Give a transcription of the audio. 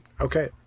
okay